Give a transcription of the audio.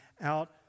out